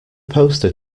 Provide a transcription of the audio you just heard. poster